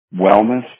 wellness